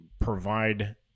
provide